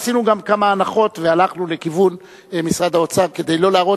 עשינו גם כמה הנחות והלכנו לכיוון משרד האוצר כדי לא להראות